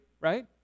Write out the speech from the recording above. right